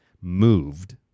moved